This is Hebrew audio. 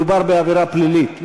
מדובר בעבירה פלילית,